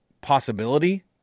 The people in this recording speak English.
possibility